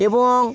এবং